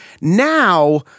Now